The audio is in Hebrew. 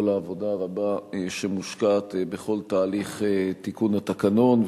העבודה הרבה שמושקעת בכל תהליך תיקון התקנון,